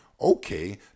Okay